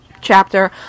chapter